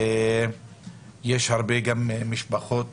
ויש גם הרבה משפחות